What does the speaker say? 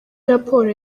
raporo